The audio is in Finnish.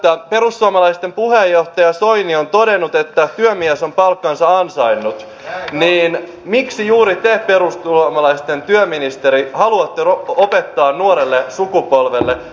kun perussuomalaisten puheenjohtaja soini on todennut että työmies on palkkansa ansainnut niin miksi juuri te perussuomalaisten työministeri haluatte opettaa nuorelle sukupolvelle ilmaistyön periaatteet